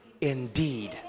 indeed